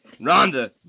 Ronda